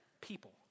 people